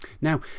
Now